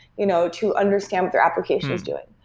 you know to understand what their application is doing.